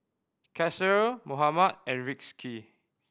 Kasih Muhammad and Rizqi